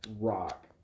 rock